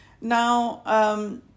Now